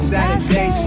Saturday